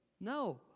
No